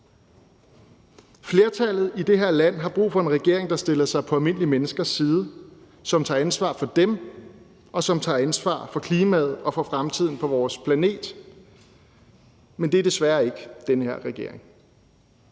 Flertallet i det her land har brug for en regering, der stiller sig på almindelige menneskers side, og som tager ansvar for dem og tager ansvar for klimaet og for fremtiden på vores planet. Men det er desværre ikke den her regering.